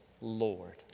Lord